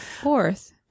Fourth